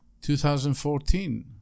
2014